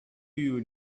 you